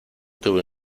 tuve